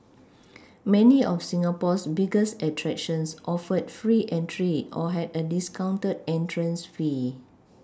many of Singapore's biggest attractions offered free entry or had a discounted entrance fee